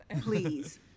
Please